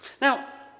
Now